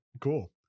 Cool